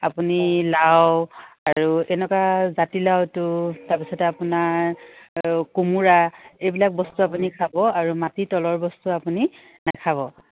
আপুনি লাও আৰু এনেকুৱা জাতিলাওটো তাৰপিছতে আপোনাৰ আৰু কোমোৰা এইবিলাক বস্তু আপুনি খাব আৰু মাটিৰ তলৰ বস্তু আপুনি নাখাব